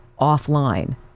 offline